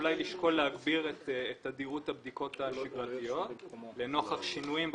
אולי לשקול להגביר את תדירות הבדיקות השגרתיות לנוכח שינויים בפיגומים.